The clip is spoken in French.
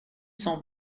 cent